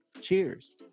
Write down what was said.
Cheers